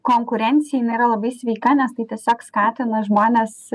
konkurencija jinai yra labai sveika nes tai tiesiog skatina žmones